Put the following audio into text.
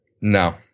No